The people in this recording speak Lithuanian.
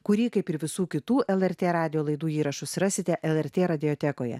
kurį kaip ir visų kitų lrt radijo laidų įrašus rasite lrt radiotekoje